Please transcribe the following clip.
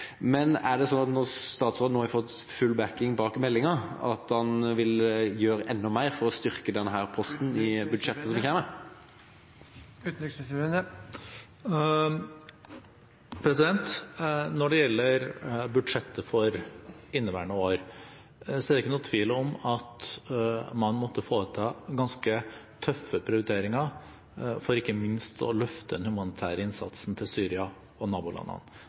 Men er det sånn når statsråden nå har fått full oppbakking av meldinga, at han vil gjøre enda mer for å styrke denne posten i budsjettet som kommer? Når det gjelder budsjettet for inneværende år, er det ikke noe tvil om at man måtte foreta ganske tøffe prioriteringer for ikke minst å løfte den humanitære innsatsen til Syria og nabolandene.